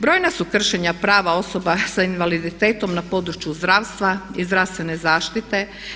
Brojna su kršenja prava osoba sa invaliditetom na području zdravstva i zdravstvene zaštite.